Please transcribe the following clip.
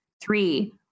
Three